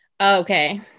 okay